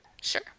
Sure